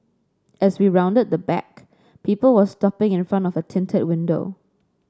as we rounded the back people were stopping in front of a tinted window